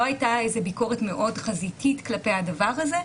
לא הייתה איזו ביקורת מאוד חזיתית כלפי הדבר הזה,